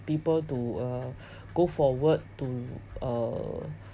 people to uh go for work to uh